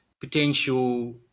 potential